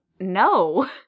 no